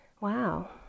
Wow